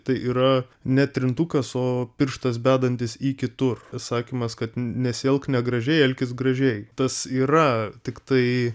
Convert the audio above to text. tai yra ne trintukas o pirštas bedantis į kitur sakymas kad nesielk negražiai elkis gražiai tas yra tiktai